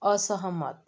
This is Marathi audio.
असहमत